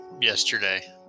yesterday